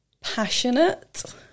passionate